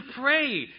pray